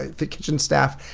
the kitchen staff.